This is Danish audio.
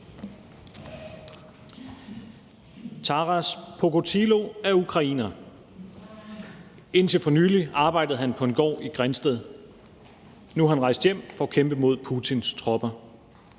Taras Pokotilo er ukrainer. Indtil for nylig arbejdede han på en gård i Grindsted. Nu er han rejst hjem for at kæmpe mod Putins tropper.